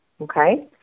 Okay